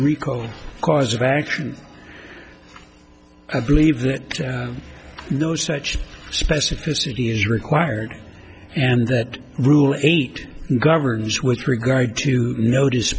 rico cause of action i believe that no such specificity is required and that rule eight governs with regard to notice